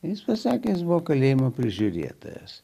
jis pasakė jis buvo kalėjimo prižiūrėtojas